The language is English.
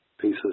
pieces